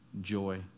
joy